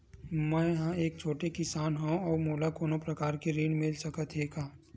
मै ह एक छोटे किसान हंव का मोला कोनो प्रकार के ऋण मिल सकत हे का?